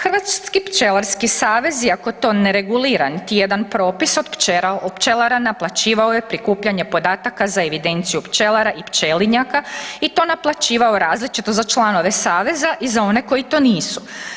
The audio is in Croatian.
Hrvatski pčelarski savez iako to ne regulira nijedan propis od pčelara, od pčelara naplaćivao je prikupljanje podataka za evidenciju pčelara i pčelinjaka i to naplaćivao različito za članove saveza i za one koji to nisu.